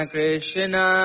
Krishna